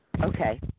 Okay